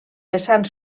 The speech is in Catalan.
vessant